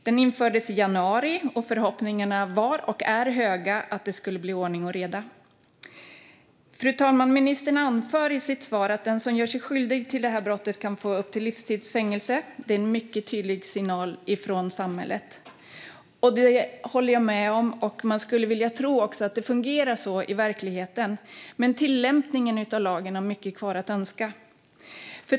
Den infördes i januari, och förhoppningarna var och är höga på att det ska bli ordning och reda. Fru talman! Ministern anförde i sitt svar att den som gör sig skyldig till det här brottet kan få upp till livstids fängelse och att detta är en mycket tydlig signal från samhället. Det håller jag med om, och man skulle vilja tro att det också fungerar så i verkligheten. Men tillämpningen av lagen lämnar mycket att önska.